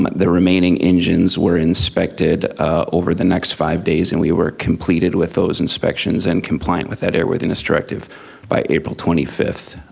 the remaining engines were inspected over the next five days and we were completed with those inspections and compliant with that airworthiness directive by april twenty fifth.